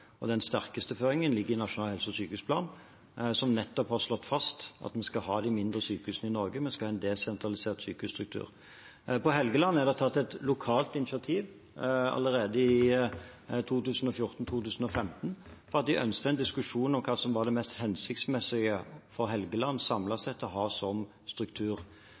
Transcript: Den sterkeste føringen ligger i Nasjonal helse- og sykehusplan, som nettopp har slått fast at vi skal ha de mindre sykehusene i Norge, vi skal ha en desentralisert sykehusstruktur. På Helgeland ble det tatt et lokalt initiativ allerede i 2014/2015 om at de ønsket en diskusjon om hva som var det mest hensiktsmessige for Helgeland samlet sett å ha som struktur.